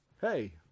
Hey